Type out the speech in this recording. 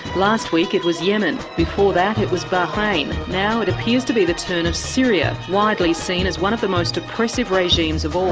last week it was yemen, before that it was a but bahrain, now it appears to be the turn of syria, widely seen as one of the most oppressive regimes of all.